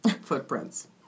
footprints